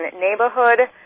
neighborhood